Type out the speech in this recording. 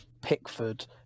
Pickford